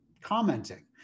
commenting